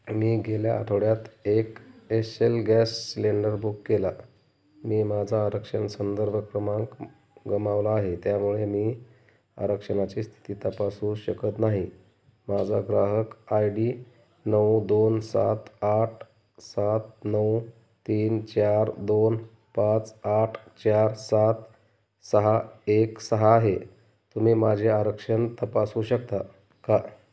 मी गेल्या आठवड्यात एक एस्सेल गॅस सिलेंडर बुक केला मी माझा आरक्षण संदर्भ क्रमांक गमावला आहे त्यामुळे मी आरक्षणाची स्थिती तपासू शकत नाही माझा ग्राहक आय डी नऊ दोन सात आठ सात नऊ तीन चार दोन पाच आठ चार सात सहा एक सहा आहे तुम्ही माझे आरक्षण तपासू शकता का